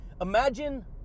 Imagine